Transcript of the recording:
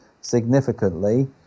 significantly